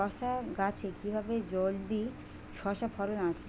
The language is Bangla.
শশা গাছে কিভাবে জলদি শশা ফলন আসবে?